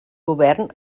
govern